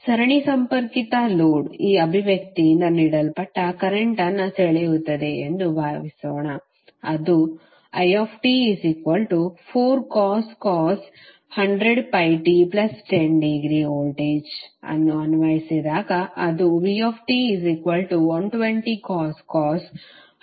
ಸರಣಿ ಸಂಪರ್ಕಿತ ಲೋಡ್ ಈ ಅಭಿವ್ಯಕ್ತಿಯಿಂದ ನೀಡಲ್ಪಟ್ಟ ಕರೆಂಟ್ಅನ್ನು ಸೆಳೆಯುತ್ತದೆ ಎಂದು ಭಾವಿಸೋಣ ಅದು it4cos 100πt10° ವೋಲ್ಟೇಜ್ ಅನ್ನು ಅನ್ವಯಿಸಿದಾಗ ಅದು vt120cos 100πt 20°